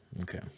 okay